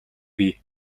бий